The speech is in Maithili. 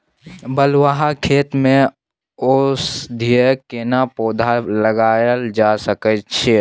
बलुआ खेत में औषधीय केना पौधा लगायल जा सकै ये?